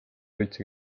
üldse